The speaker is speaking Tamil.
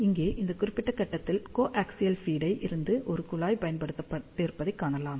இங்கே இந்த குறிப்பிட்ட கட்டத்தில் கோஆக்சியல் ஃபீட் ல் இருந்து ஒரு குழாய் பயன்படுத்தப்பட்டிருப்பதைக் காணலாம்